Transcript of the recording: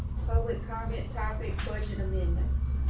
public comment topic budget amendments.